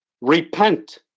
Repent